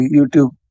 YouTube